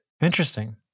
Interesting